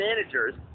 managers